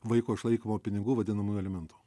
vaiko išlaikymo pinigų vadinamųjų alimentų